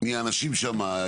מי האנשים שם?